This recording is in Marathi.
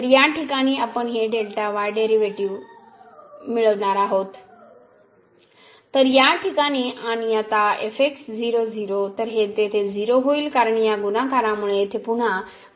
तर या ठिकाणी आपण हे डेरीवेटीव मिळणार आहे तर या ठिकाणी आणि आता तर हे तेथे 0 होईल कारण या गुणाकारामुळे येथे पुन्हा गणना करण्याची आवश्यकता नाही